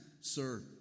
Sir